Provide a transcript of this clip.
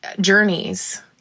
journeys